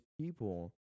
people